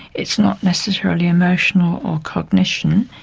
it's not necessarily emotional or cognition,